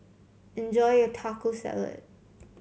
enjoy your Taco Salad